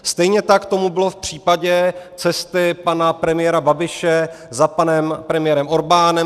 Stejně tak tomu bylo v případě cesty pana premiéra Babiše za panem premiérem Orbánem.